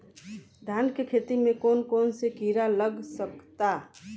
धान के खेती में कौन कौन से किड़ा लग सकता?